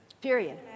period